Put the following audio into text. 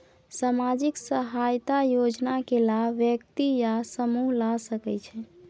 सामाजिक सहायता योजना के लाभ व्यक्ति या समूह ला सकै छै?